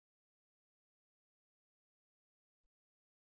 ఇప్పుడు ఈ సమయం వరకు ఇది అంతా మునుపటి సందర్భంలో మాదిరిగానే ఉంటుంది